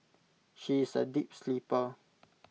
she is A deep sleeper